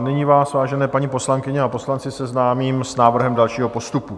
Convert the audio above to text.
Nyní vás, vážené paní poslankyně a poslanci, seznámím s návrhem dalšího postupu.